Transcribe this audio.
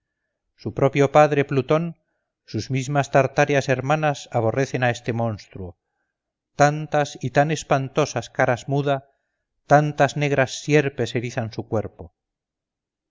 su propio padre plutón sus mismas tartáreas hermanas aborrecen a este monstruo tantas y tan espantosas caras muda tantas negras sierpes erizan su cuerpo